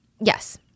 Yes